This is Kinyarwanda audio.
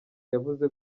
yavuze